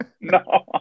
No